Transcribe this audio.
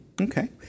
Okay